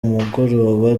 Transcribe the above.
mugoroba